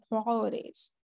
qualities